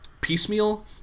piecemeal